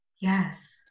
Yes